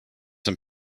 some